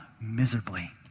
miserably